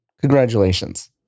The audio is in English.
Congratulations